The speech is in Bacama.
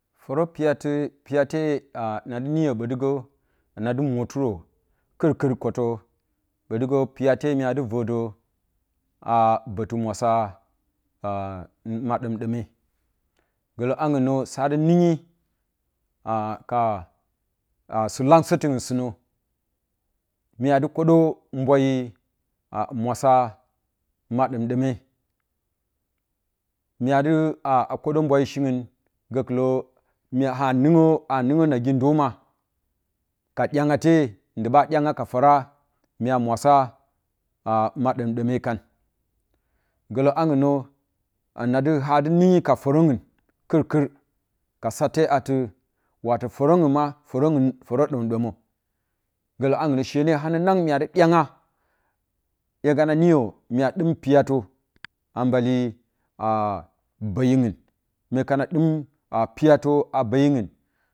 Forə piyadɨ piyate a na niyə botigə nadɨ motɨrə korbir kotə ɓongə piyate mydə vodə a botɨ mwasa a ma ɗomdome golənangnə sa dɨ nungyi aka sɨ langstiungn sɨnə myadɨ kodə mbanni a mwasa ma ɗomdome mya du a kodə mbungui shiungu gəkɨlə mya ha mungyə na nungyə nagidəma ka ɗyangya te dɨ ɓa dyangya ka fora mya mwasa a ma ɗomɗome kan golənangnə nadɨ hadɨ ningyi ka foreungn kirkir ka sahe adɨ wato forəngu ma forəng forə ɗomɗomə gələangnə she ne hanang mya dɨ dyangya hykananiə mya dɨm piyatə a mbalɨ aa mboyiun mya kana dɨm piyatə a boyiungu.